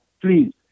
please